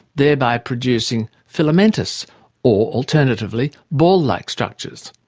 thereby producing filamentous or, alternatively, ball-like structures.